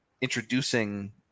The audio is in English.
introducing